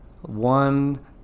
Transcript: one